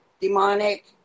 demonic